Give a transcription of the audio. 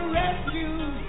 rescue